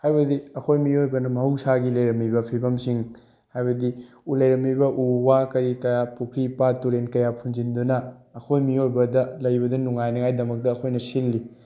ꯍꯥꯏꯕꯗꯤ ꯑꯩꯈꯣꯏ ꯃꯤꯑꯣꯏꯕꯅ ꯃꯍꯧꯁꯥꯒꯤ ꯂꯩꯔꯝꯃꯤꯕ ꯐꯤꯚꯝꯁꯤꯡ ꯍꯥꯏꯕꯗꯤ ꯂꯩꯔꯝꯃꯤꯕ ꯎ ꯋꯥ ꯀꯔꯤ ꯀꯔꯥ ꯄꯨꯈꯤ ꯄꯥꯠ ꯇꯨꯔꯦꯜ ꯀꯌꯥ ꯐꯨꯟꯖꯤꯟꯗꯨꯅ ꯑꯩꯈꯣꯏ ꯃꯤꯑꯣꯏꯕꯗ ꯂꯩꯕꯗ ꯅꯨꯡꯉꯥꯏꯅꯤꯉꯥꯏꯒꯤꯗꯃꯛꯇ ꯑꯩꯈꯣꯏꯅ ꯁꯤꯜꯂꯤ